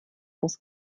aus